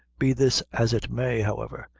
be this as it may, however,